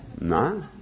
No